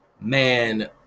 Man